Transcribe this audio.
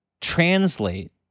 translate